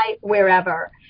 wherever